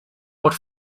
what